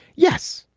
yes,